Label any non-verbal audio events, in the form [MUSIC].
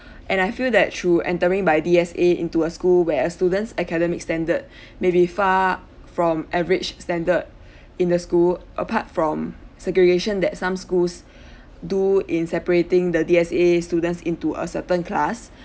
[BREATH] and I feel that through entering by D_S_A into a school where a students' academic standard [BREATH] maybe far from average standard [BREATH] in the school apart from segregation that some schools [BREATH] do in separating the D_S_A students into a certain class